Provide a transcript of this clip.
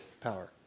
power